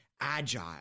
agile